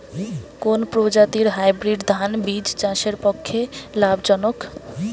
কোন প্রজাতীর হাইব্রিড ধান বীজ চাষের পক্ষে লাভজনক?